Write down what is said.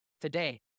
today